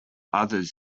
others